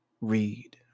read